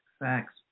Thanks